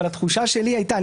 התחושה שלי הייתה,